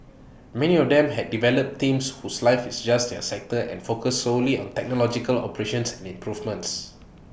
many of them have developed teams whose life is just their sector and focus solely on technological operations and improvements